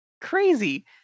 crazy